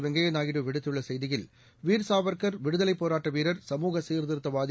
வெங்கய்யாநாயுடு விடுத்துள்ளசெய்தியில் வீர்சாவர்க்கர் விடுதலைபோராட்டவீரர் சமூக சீர்த்திருத்தவாதி